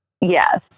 Yes